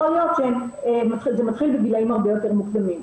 יכול להיות שזה מתחיל בגילאים הרבה יותר מוקדמים.